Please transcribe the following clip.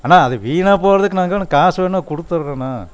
அண்ணா அது வீணாக போகிறதுக்கு நாங்கள் வேணா காசு வேணா கொடுத்துடுறோண்ணா